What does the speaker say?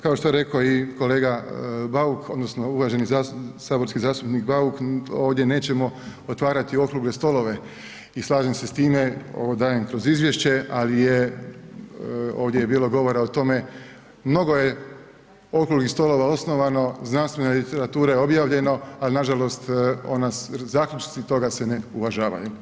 Kao što je rekao i kolega Bauk odnosno uvaženi saborski zastupnik Bauk ovdje nećemo otvarati okrugle stolove i slažem se s time ovo dajem kroz izvješće, ali je ovdje je bilo govora o tome, mnogo je okruglih stolova osnovano, znanstvena literatura je objavljena ali nažalost ona se, zaključci toga se ne uvažavaju.